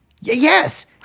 Yes